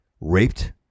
raped